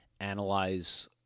analyze